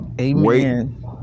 Amen